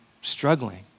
struggling